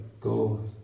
go